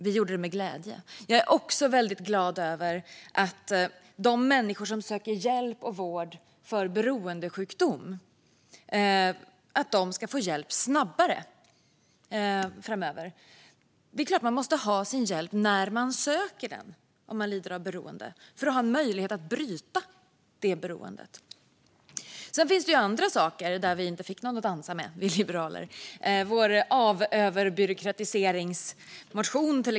Vi gjorde det med glädje. Jag är också väldigt glad över att de människor som söker hjälp och vård för beroendesjukdom ska få hjälp snabbare framöver. Det är klart att man måste få sin hjälp när man söker den om man lider av beroende för att ha en möjlighet att bryta det. Sedan finns det andra saker där vi liberaler inte fick någon att dansa med. Det gäller till exempel vår avöverbyråkratiseringsmotion.